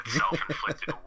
self-inflicted